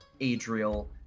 Adriel